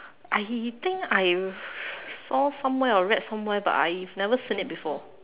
I think I saw somewhere or read somewhere but I've never seen it before